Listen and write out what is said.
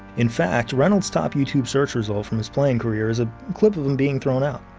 in fact, reynolds' top youtube search result from his playing career is a clip of him being thrown out.